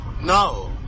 No